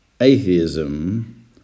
atheism